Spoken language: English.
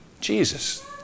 Jesus